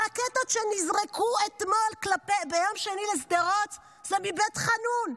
הרקטות שנזרקו ביום שני לשדרות, זה מבית חאנון,